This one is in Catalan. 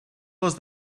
les